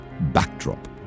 backdrop